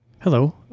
Hello